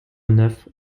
neuf